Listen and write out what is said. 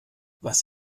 was